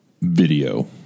Video